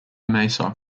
mesa